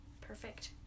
Perfect